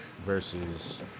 versus